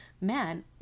man